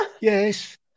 Yes